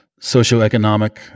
socioeconomic